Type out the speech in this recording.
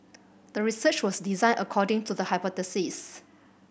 the research was designed according to the hypothesis